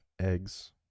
eggs